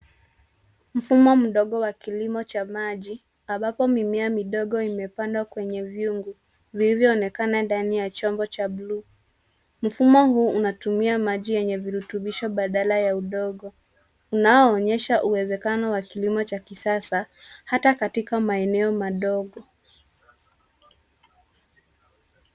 Mfumo mdogo wa kilimo cha maji ambapo mimea midogo imepandwa kwenye vyungu vilivyonekana ndani ya chombo cha buluu. Mfumo huu unatumia maji yenye virutubisho badala ya udongo unaonyesha uwezekano wa kilimo cha kisasa ata katika maeneo madogo.